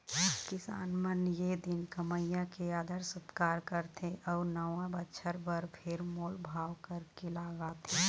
किसान मन ए दिन कमइया के आदर सत्कार करथे अउ नवा बछर बर फेर मोल भाव करके लगाथे